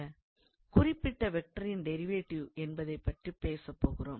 குறிப்பிட்ட வெக்டாரின் டிரைவேட்டிவ் என்பதைப் பற்றிப் பேசப் போகிறோம்